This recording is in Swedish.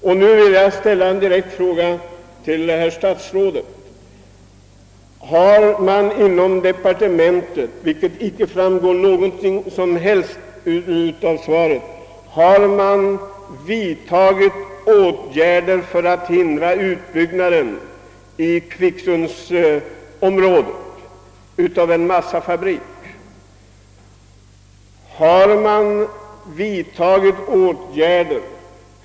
Jag vill ställa en direkt fråga till herr statsrådet: Har man inom departementet — det framgår inte på något sätt av svaret — vidtagit åtgärder för att hindra byggandet av en massafabrik i kvicksundsområdet?